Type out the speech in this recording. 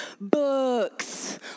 Books